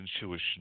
intuition